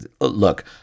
Look